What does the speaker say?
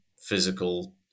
physical